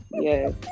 Yes